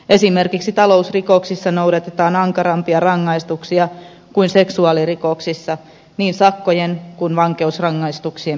esimerkiksi talousrikoksissa noudatetaan ankarampia rangaistuksia kuin seksuaalirikoksissa niin sakkojen kuin vankeusrangaistuksien pituuksien osalta